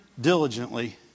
diligently